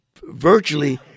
virtually